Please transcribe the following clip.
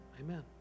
Amen